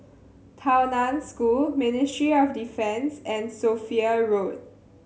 Tao Nan School Ministry of Defence and Sophia Road